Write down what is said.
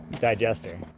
digester